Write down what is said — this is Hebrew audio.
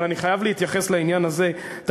אבל אני חייב להתייחס לעניין הזה: אתה